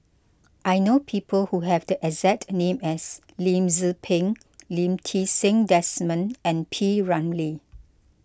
I know people who have the exact name as Lim Tze Peng Lee Ti Seng Desmond and P Ramlee